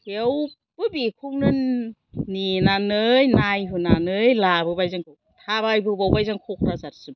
थेवबो बेखौनो नेनानै नायहोनानै लाबोबाय जोंखौ थाबाय बोबावबाय जों क'क्राझारसिम